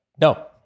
no